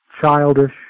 childish